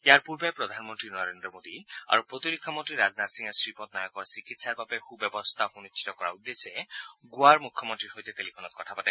ইয়াৰ পূৰ্বে প্ৰধানমন্ত্ৰী নৰেন্দ্ৰ মোদী আৰু প্ৰতিৰক্ষা মন্ত্ৰী ৰাজনাথ সিঙে শ্ৰীপদ নায়কৰ চিকিৎসাৰ বাবে সু ব্যৱস্থা সুনিশ্চিত কৰাৰ উদ্দেশ্যে গোৱাৰ মুখ্যমন্ত্ৰীৰ সৈতে টেলিফোনত কথা পাতে